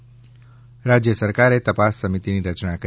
રાજ્ય સરકારે તપાસ સમિતિની રચના કરી